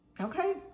Okay